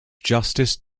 justice